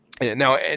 Now